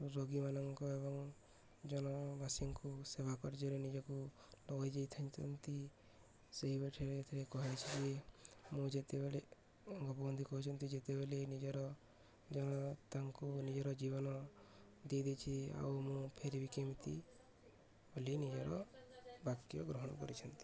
ରୋଗୀମାନଙ୍କ ଏବଂ ଜନବାସୀଙ୍କୁ ସେବା କାର୍ଯ୍ୟରେ ନିଜକୁ ଲଗାଇ ଯାଇଥାଇଥାନ୍ତି ସେବେଠାରୁ ଏଥିରେ କହିଛି ଯେ ମୁଁ ଯେତେବେଳେ ଗୋପବନ୍ଧୁ କହିଛନ୍ତି ଯେତେବେଳେ ନିଜର ଜନତାଙ୍କୁ ନିଜର ଜୀବନ ଦେଇଦେଇଛି ଆଉ ମୁଁ ଫେରିବି କେମିତି ବୋଲି ନିଜର ବାକ୍ୟ ଗ୍ରହଣ କରିଛନ୍ତି